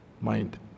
mind